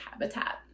habitat